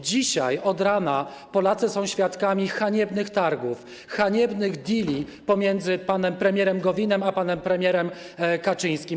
Dzisiaj od rana Polacy są świadkami haniebnych targów, haniebnych deali pomiędzy panem premierem Gowinem a panem premierem Kaczyńskim.